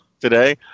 today